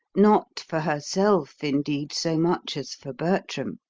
not for herself indeed so much as for bertram.